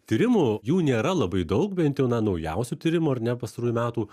tyrimų jų nėra labai daug bent jau na naujausių tyrimų ar ne pastarųjų metų